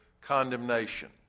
condemnation